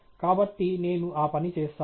కాబట్టి నేను ఆ పని చేసాను